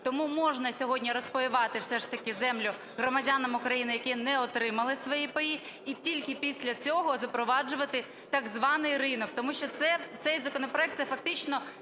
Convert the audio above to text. Тому можна сьогодні розпаювати все ж таки землю громадянам України, які не отримали свої паї, і тільки після цього запроваджувати так званий ринок. Тому що цей законопроект, це фактично